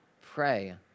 pray